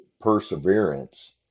perseverance